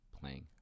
playing